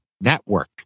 network